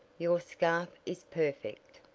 your scarf is perfect.